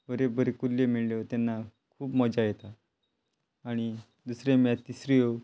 बरे बरे कुल्ल्यो मेळ्ळ्यो तेन्ना खूब मजा येता आनी दुसऱ्यो मेळ तिसऱ्यो